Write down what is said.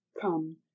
come